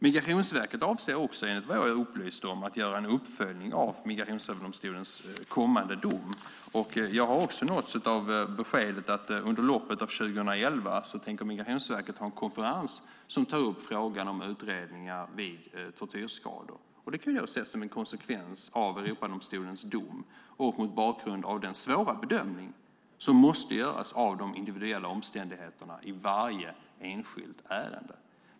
Migrationsverket avser också, enligt vad jag är upplyst om, att göra en uppföljning av Migrationsöverdomstolens kommande dom. Jag har också nåtts av beskedet att Migrationsverket under loppet av 2011 kommer att ha en konferens som tar upp frågan om utredningar vid tortyrskador. Det kan jag se som en konsekvens av Europadomstolens dom och mot bakgrund av den svåra bedömning som måste göras av de individuella omständigheterna i varje enskilt ärende.